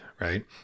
Right